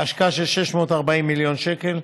בהשקעה של 640 מיליון שקל,